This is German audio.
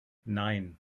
nein